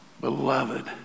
beloved